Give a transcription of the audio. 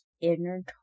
inner